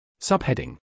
Subheading